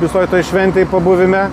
visoj toj šventėj pabuvime